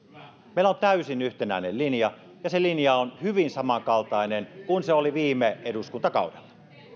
meillä on täysin yhtenäinen linja ja se linja on hyvin samankaltainen kuin se oli viime eduskuntakaudella